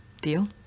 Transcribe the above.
Deal